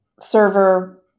server